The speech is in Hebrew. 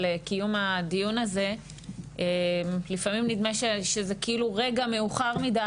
קיום הדיון הזה לפעמים נדמה שזה כאילו רגע מאוחר מידיי